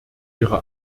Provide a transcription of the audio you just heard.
ihre